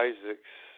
Isaac's